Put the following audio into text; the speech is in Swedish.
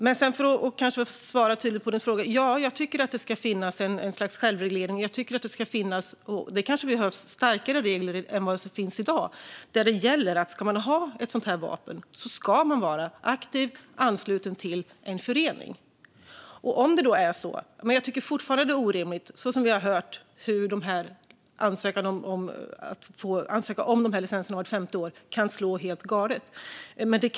För att svara tydligt på din fråga: Ja, jag tycker att det ska finnas en självreglering. Kanske behövs starkare regler än de som finns i dag som säger att om man ska ha ett sådant vapen ska man vara aktiv och ansluten till en förening. Jag tycker dock fortfarande att det som sker nu är orimligt. Vi har hört hur återansökningar om licenser vart femte år kan slå helt galet.